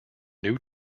new